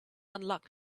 unlock